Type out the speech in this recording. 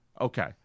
Okay